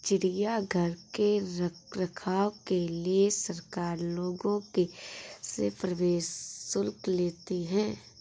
चिड़ियाघर के रख रखाव के लिए सरकार लोगों से प्रवेश शुल्क लेती है